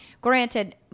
Granted